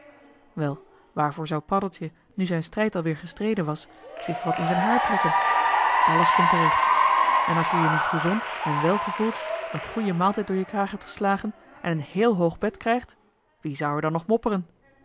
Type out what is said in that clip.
wel waarvoor zou paddeltje nu zijn strijd alweer gestreden was zich wat in z'n haar trekken alles komt terecht en als je je nu gezond en wel gevoelt een goeien maaltijd door je kraag hebt geslagen en een héél hoog bed joh h been paddeltje de scheepsjongen van michiel de ruijter krijgt wie zou er dan nog mopperen